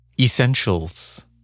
Essentials